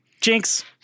Jinx